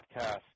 Podcast